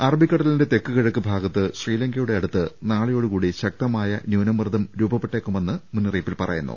അറബിക്കടലിന്റെ തെക്ക് കിഴക്ക് ഭാഗത്ത് ശ്രീലങ്കയുടെ അടുത്ത് നാളെയോടു കൂടി ശക്തമായ ന്യൂനമർദ്ദം രൂപപ്പെട്ടേക്കുമെന്ന് മുന്നറിയിപ്പിൽ പറയുന്നു